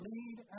Lead